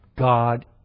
God